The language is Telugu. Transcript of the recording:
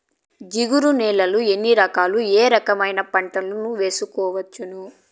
జిగురు నేలలు ఎన్ని రకాలు ఏ రకమైన పంటలు వేయవచ్చును?